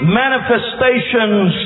manifestations